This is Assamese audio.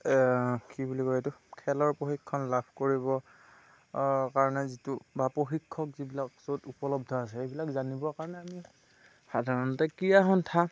কি বুলি কয় এইটো খেলৰ প্ৰশিক্ষণ লাভ কৰিব কাৰণে যিটো বা প্ৰশিক্ষক যিবিলাক য'ত উপলব্ধ আছে সেইবিলাক জানিবৰ কাৰণে আমি সাধাৰণতে ক্ৰীড়া সন্থা